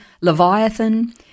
Leviathan